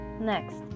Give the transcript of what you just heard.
next